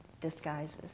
disguises